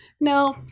no